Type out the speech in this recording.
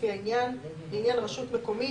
לפי העניין: (2)לעניין רשות מקומית,